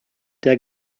der